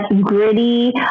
gritty